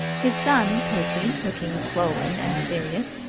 his son percy looking swollen and serious,